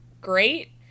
great